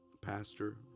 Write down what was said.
Pastor